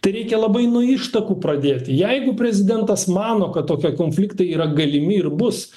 tai reikia labai nuo ištakų pradėti jeigu prezidentas mano kad tokie konfliktai yra galimi ir bus